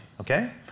okay